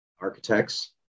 architects